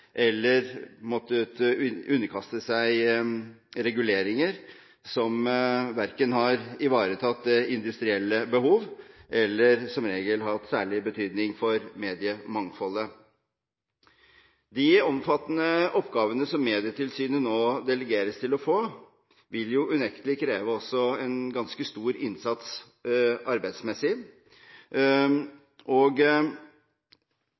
eller har måttet underkaste seg reguleringer som verken har ivaretatt industrielle behov eller hatt særlig betydning for mediemangfoldet. De omfattende oppgavene som Medietilsynet nå delegeres til å få, vil unektelig også kreve en stor innsats arbeidsmessig.